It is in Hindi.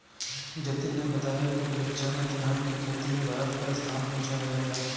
जतिन ने बताया की परीक्षा में तिलहन की खेती में भारत का स्थान पूछा गया था